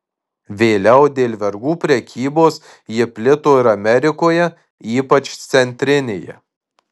vėliau dėl vergų prekybos ji plito ir amerikoje ypač centrinėje